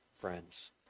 friends